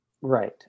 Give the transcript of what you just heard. Right